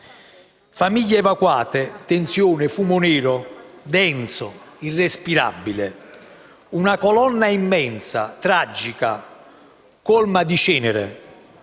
famiglie evacuate, tensione e fumo nero, denso e irrespirabile: una colonna immensa, tragica, colma di cenere,